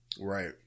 Right